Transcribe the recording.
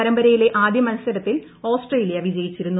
പരമ്പരയിലെ ആദ്യ മത്സരത്തിൽ ഓസ്ട്രേലിയ വിജ്യിച്ചിരുന്നു